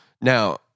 Now